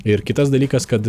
ir kitas dalykas kad